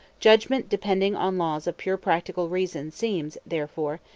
judgement depending on laws of pure practical reason seems, therefore,